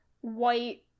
white